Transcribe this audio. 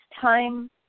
time